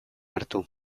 hartu